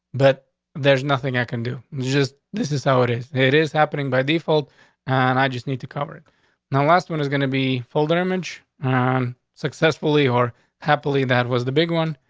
but there's nothing i can do. just this is how it is. it is happening by default on. and i just need to cover it now. last one is going to be full damage successfully or happily. that was the big one.